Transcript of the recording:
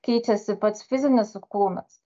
keičiasi pats fizinis kūnas